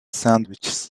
sandwiches